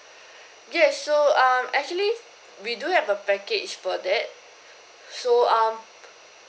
yes so um actually we do have a package for that so um